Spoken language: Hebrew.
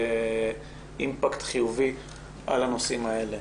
מייצר אימפקט חיובי על הנושאים האלה.